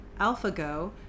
AlphaGo